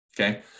Okay